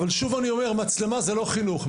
שוב אני אומר: מצלמה זה לא חינוך,